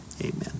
amen